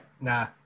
nah